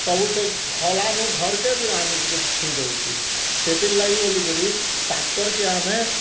ସବୁ ସେଇ ଖଲା ନୁ ଘର୍ କେ ବି ଆନି କରି ଥୁଇ ଦଉଛି ସେଥିର୍ ଲାଗି ବୋଲି କରି ଟ୍ରାକ୍ଟର୍ କେ ଆମେ